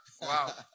Wow